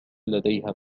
لديها